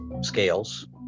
scales